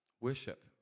worship